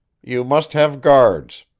you must have guards.